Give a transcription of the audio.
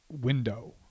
window